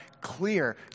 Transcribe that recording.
clear